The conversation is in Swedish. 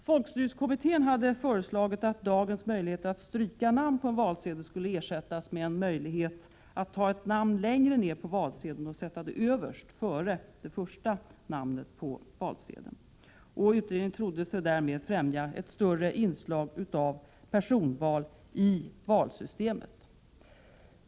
Folkstyrelsekommittén hade föreslagit att dagens möjligheter att stryka namn på en valsedel skulle ersättas med möjlighet att ta ett namn längre ned och sätta överst. Utredningen trodde sig därmed främja ett större inslag av personval i valsystemet.